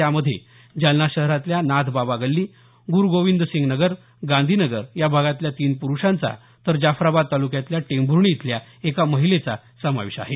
यामध्ये जालना शहरातल्या नाथबाबा गल्ली गुरुगोविंदसिंगनगर गांधीनगर या भागातल्या तीन प्रुषांचा तर जाफराबाद तालुक्यातल्या टेंभूर्णी इथल्या एका महिलेचा समावेश आहे